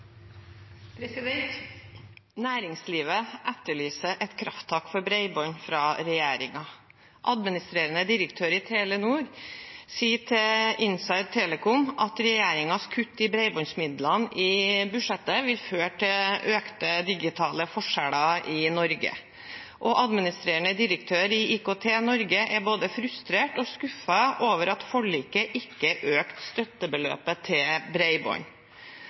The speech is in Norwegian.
krafttak for bredbånd fra regjeringen. Administrerende direktør i Telenor sier til Inside Telecom at regjeringens kutt i bredbåndsmidlene i budsjettet vil føre til økte digitale forskjeller i Norge. Administrerende direktør i IKT-Norge er både frustrert og skuffet over at man i forliket ikke økte støttebeløpet til